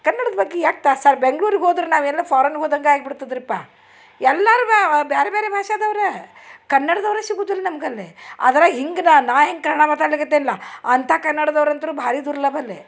ಕನ್ನಡದ ಬಗ್ಗೆ ಯಾಕೆ ತಾತ್ಸಾರ ಬೆಂಗ್ಳೂರಿಗೆ ಹೋದ್ರೆ ನಾವು ಎಲ್ಲೋ ಫಾರನ್ಗೆ ಹೋದಂಗೆ ಆಗ್ಬಿಡ್ತದ್ರಿಪ್ಪ ಎಲ್ಲರೂ ಬೇರ್ ಬೇರೆ ಭಾಷೆದವರೇ ಕನ್ನಡ್ದವ್ರೇ ಸಿಗೂದಿಲ್ಲ ನಮ್ಗೆ ಅಲ್ಲಿ ಅದ್ರಾಗೆ ಹಿಂಗೆ ನಾನು ನಾನು ಹೆಂಗೆ ಕನ್ನಡ ಮಾತಾಡಲಿಕತ್ತೇನ್ಲ ಅಂಥ ಕನ್ನಡ್ದವ್ರಂತೂ ಭಾರೀ ದುರ್ಲಭ ಅಲ್ಲಿ